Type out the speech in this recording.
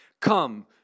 Come